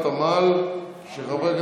כרטיס בתחבורה ציבורית (תיקוני חקיקה),